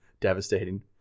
devastating